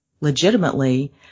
legitimately